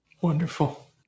Wonderful